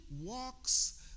walks